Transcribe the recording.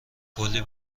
کلی